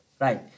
right